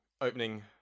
opening